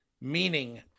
Meaning